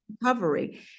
recovery